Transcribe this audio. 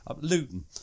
Luton